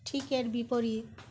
ঠিক এর বিপরীত